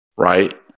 right